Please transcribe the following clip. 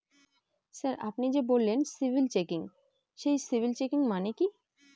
Sir আপনি যে বললেন সিবিল চেকিং সেই সিবিল চেকিং মানে কি?